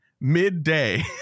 midday